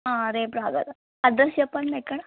రేపు రాగలరా అడ్రస్ చెప్పండి ఎక్కడా